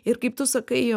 ir kaip tu sakai